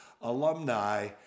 alumni